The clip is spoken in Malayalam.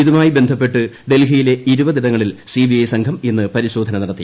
ഇതുമായി ബന്ധപ്പെട്ട് ഡൽഹിയിലെ ഇരുപതിടങ്ങളിൽ സിബിഐ സംഘം ഇന്ന് പരിശോധന നടത്തി